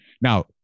Now